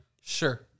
Sure